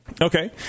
okay